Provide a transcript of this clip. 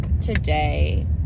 today